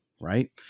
right